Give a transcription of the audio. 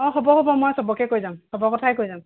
অঁ হ'ব হ'ব মই চবকে কৈ যাম চবৰ কথাই কৈ যাম